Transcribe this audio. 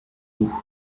nous